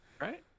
Right